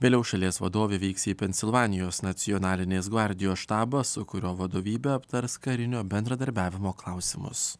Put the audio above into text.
vėliau šalies vadovė vyks į pensilvanijos nacionalinės gvardijos štabą su kurio vadovybe aptars karinio bendradarbiavimo klausimus